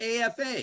AFA